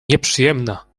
nieprzyjemna